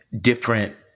different